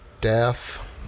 death